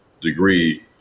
degree